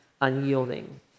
unyielding